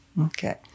Okay